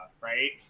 right